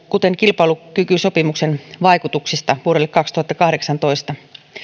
kuten kilpailukykysopimuksen vaikutuksista vuodelle kaksituhattakahdeksantoista